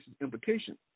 implications